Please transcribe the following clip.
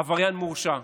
עבריין מורשע,